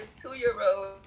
two-year-old